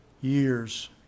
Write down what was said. years